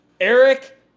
Eric